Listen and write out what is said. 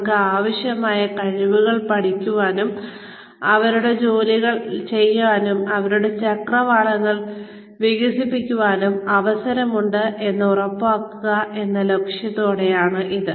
അവർക്ക് ആവശ്യമായ കഴിവുകൾ പഠിക്കാനും അവരുടെ ജോലികൾ ചെയ്യാനും അവരുടെ ചക്രവാളങ്ങൾ വികസിപ്പിക്കാനും അവസരമുണ്ട് എന്ന് ഉറപ്പാക്കുക എന്ന ലക്ഷ്യത്തോടെയാണ് ഇത്